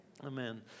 Amen